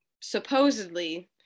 supposedly